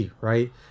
right